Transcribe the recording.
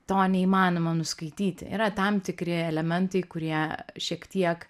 to neįmanoma nuskaityti yra tam tikri elementai kurie šiek tiek